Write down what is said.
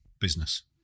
business